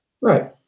right